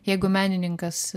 jeigu menininkas